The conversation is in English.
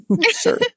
sure